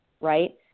right